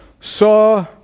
saw